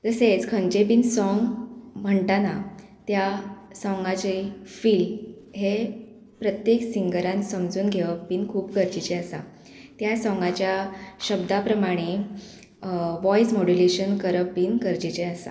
तशेंच खंयचे बीन सोंग म्हणटाना त्या सोंगाचें फील हें प्रत्येक सिंगरान समजून घेवप बीन खूब गरजेचें आसा त्या सोंगाच्या शब्दां प्रमाणें वॉयस मॉडुलेशन करप बीन गरजेचें आसा